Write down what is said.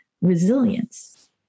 resilience